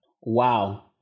Wow